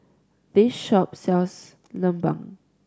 this shop sells lemang